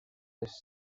les